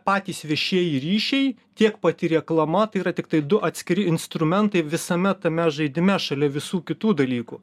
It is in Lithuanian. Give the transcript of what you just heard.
patys viešieji ryšiai tiek pati reklama yra tiktai du atskiri instrumentai visame tame žaidime šalia visų kitų dalykų